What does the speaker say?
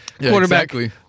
quarterback